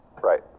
Right